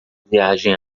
viagem